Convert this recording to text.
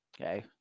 okay